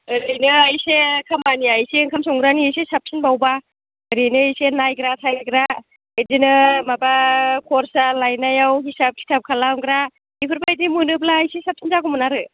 ओरैनो इसे खामानिया इसे ओंखाम संग्रानि एसे साबसिनबावब्ला ओरैनो इसे नायग्रा सायग्रा बिदिनो माबा खरसा लायनायाव हिसाब खिथाब खालामग्रा बिफोरबायदि मोनोब्ला एसे साबसिन जागैमोन आरो